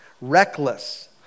reckless